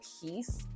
peace